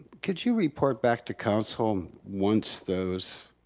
could you report back to council um once those